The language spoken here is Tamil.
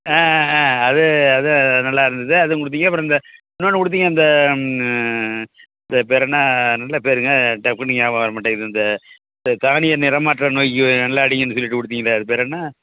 ஆ ஆ அது அது நல்லா இருந்தது அதுவும் கொடுத்தீங்க அப்புறம் இந்த இன்னொனு கொடுத்தீங்க இந்த இந்த பேரென்ன நல்ல பேருங்க டப்புனு ஞாபகம் வரமாட்டேங்குது இந்த இந்த தானிய நிறமாற்ற நோய்க்கு நல்லா அடிங்கன்னு சொல்லிட்டு கொடுத்தீங்களே அது பேரென்ன